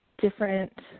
Different